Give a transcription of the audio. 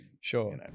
sure